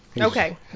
Okay